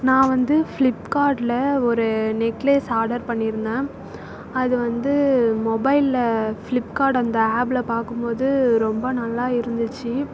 நான் வந்து ப்ளிப்கார்ட்டில் ஒரு நெக்லஸ் ஆடர் பண்ணிருந்தேன் அது வந்து மொபைலில் ஃப்ளிப்கார்ட் அந்த ஆப்பில் பார்க்கும்போது ரொம்ப நல்லா இருந்துச்சு